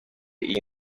iyi